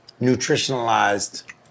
nutritionalized